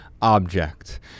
object